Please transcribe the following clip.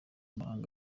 n’amahanga